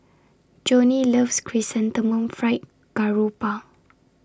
Joni loves Chrysanthemum Fried Garoupa